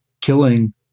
killing